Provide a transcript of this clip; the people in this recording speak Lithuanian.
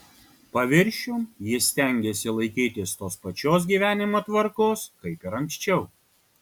paviršium jis stengėsi laikytis tos pačios gyvenimo tvarkos kaip ir anksčiau